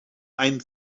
einem